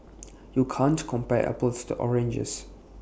you can't compare apples to oranges